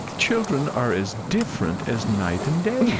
children are as different as night and day yeah,